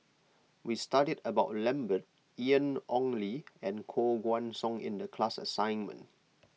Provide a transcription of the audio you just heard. we studied about Lambert Ian Ong Li and Koh Guan Song in the class assignment